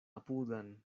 apudan